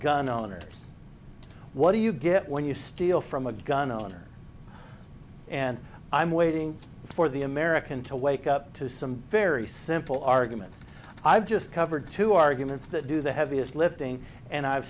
gun owners what do you get when you steal from a gun owner and i'm waiting for the american to wake up to some very simple argument i've just covered two arguments that do the heaviest lifting and i've